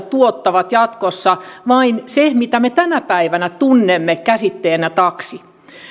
tuottaa jatkossa se mitä me tänä päivänä tunnemme käsitteellä taksi